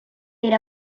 made